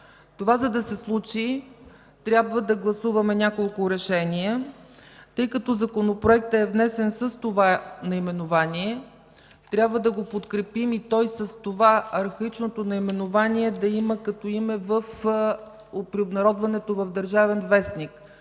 За да се случи това, трябва да гласуваме няколко решения. Тъй като Законопроектът е внесен с това наименование, трябва да го подкрепим и с архаичното наименование да го има като име при обнародването в „Държавен вестник”.